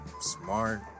smart